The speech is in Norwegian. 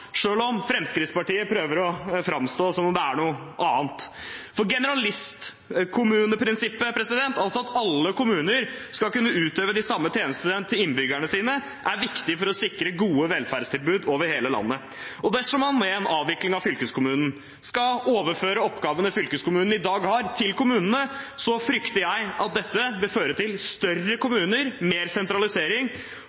om Fremskrittspartiet prøver å framstille det som om det er noe annet. Generalistkommuneprinsippet, altså at alle kommuner skal kunne utøve de samme tjenestene til innbyggerne sine, er viktig for å sikre gode velferdstilbud over hele landet. Dersom man med en avvikling av fylkeskommunen skal overføre oppgavene fylkeskommunen i dag har, til kommunene, frykter jeg at dette vil føre til større